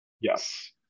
Yes